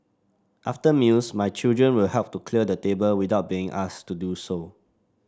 after meals my children will help to clear the table without being asked to do so